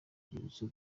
urwibutso